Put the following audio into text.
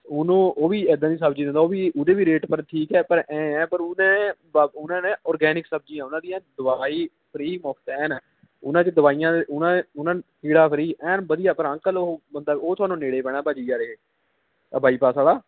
ਉਹਨੂੰ ਉਹ ਵੀ ਇੱਦਾਂ ਦੀ ਸਬਜ਼ੀ ਦਿੰਦਾ ਉਹ ਵੀ ਉਹਦੇ ਵੀ ਰੇਟ ਪਰ ਠੀਕ ਹੈ ਪਰ ਐਂ ਹੈ ਪਰ ਉਹਨੇ ਬਾ ਉਹਨੇ ਨਾ ਔਰਗੈਨਿਕ ਸਬਜ਼ੀਆਂ ਉਹਨਾਂ ਦੀਆਂ ਦਵਾਈ ਫਰੀ ਮੁਫ਼ਤ ਐਨ ਉਹਨਾਂ 'ਚ ਦਵਾਈਆਂ ਉਹਨੇ ਉਹਨਾਂ ਕੀੜਾ ਫਰੀ ਐਨ ਵਧੀਆ ਪਰ ਅੰਕਲ ਉਹ ਬੰਦਾ ਉਹ ਤੁਹਾਨੂੰ ਨੇੜੇ ਪੈਣਾ ਭਾਅ ਜੀ ਯਾਰ ਇਹ ਆਹ ਬਾਈਪਾਸ ਵਾਲਾ